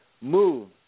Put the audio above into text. move